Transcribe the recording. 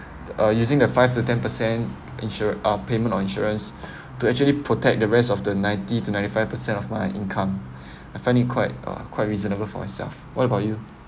uh using the five to ten percent insurance uh payment on insurance to actually protect the rest of the ninety to ninety five percent of my income I find it quite uh quite reasonable for myself what about you